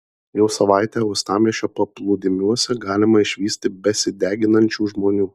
jau savaitę uostamiesčio paplūdimiuose galima išvysti besideginančių žmonių